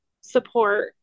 support